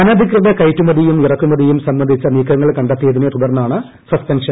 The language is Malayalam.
അനധികൃത കയറ്റുമതിയും ഇറക്കുമതിയും സംബന്ധിച്ച നീക്കങ്ങൾ കണ്ടെത്തിയതിനെ തുടർന്നാണ് സസ്പെൻഷൻ